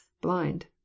blind